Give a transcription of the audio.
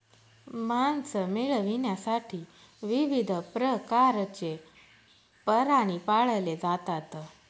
मांस मिळविण्यासाठी विविध प्रकारचे प्राणी पाळले जातात